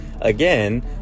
again